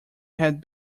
had